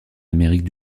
amérique